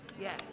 Yes